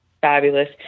Fabulous